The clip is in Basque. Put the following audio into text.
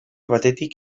batetik